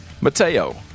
Mateo